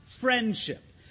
friendship